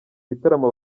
gitaramo